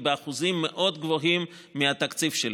ובאחוזים מאוד גבוהים מהתקציב שלהם.